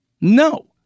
No